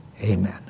Amen